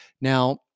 now